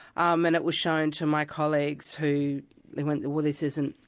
um and it was shown to my colleagues who went, well this isn't,